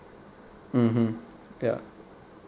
mmhmm ya